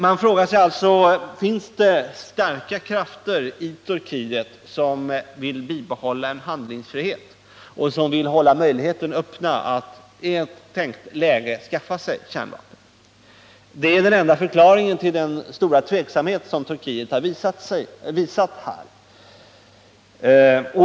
Man måste alltså fråga sig: Finns det starka krafter i Turkiet som vill bibehålla en handlingsfrihet och som vill hålla möjligheterna öppna att i ett tänkt läge skaffa sig kärnvapen? Att så är fallet är den enda förklaringen till den tveksamhet som regeringen har visat i fråga om anslutning till NPT.